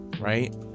right